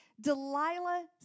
Delilah